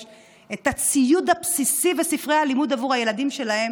את הציוד הבסיסי וספרי הלימוד עבור הילדים שלהם